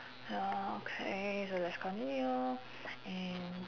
ya okay so let's continue and